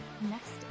next